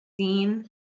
seen